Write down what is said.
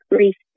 Grief